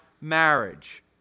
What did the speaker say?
marriage